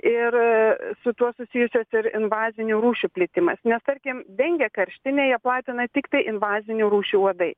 ir su tuo susijusios ir invazinių rūšių plitimas nes tarkim dengė karštinę ją platina tiktai invazinių rūšių uodai